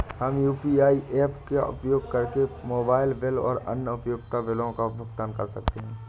हम UPI apps का उपयोग करके मोबाइल बिल और अन्य उपयोगिता बिलों का भुगतान कर सकते हैं